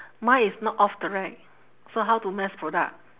mine is not off the rack so how to mass product